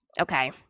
okay